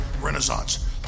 renaissance